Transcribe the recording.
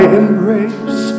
embrace